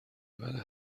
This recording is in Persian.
بله